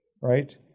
right